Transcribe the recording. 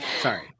Sorry